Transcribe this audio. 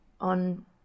on